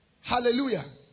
Hallelujah